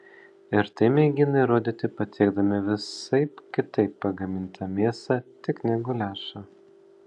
ir tai mėgina įrodyti patiekdami visaip kitaip pagamintą mėsą tik ne guliašą